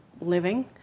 Living